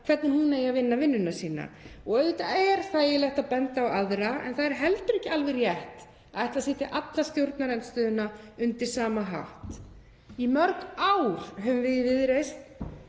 hvernig hún eigi að vinna vinnuna sína. Auðvitað er þægilegt að benda á aðra en það er heldur ekki alveg rétt að ætla að setja alla stjórnarandstöðuna undir sama hatt. Í mörg ár höfum við í Viðreisn